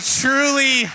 truly